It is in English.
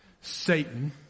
satan